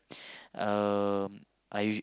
um I